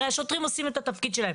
הרי השוטרים עושים את התפקיד שלהם,